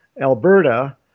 Alberta